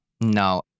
No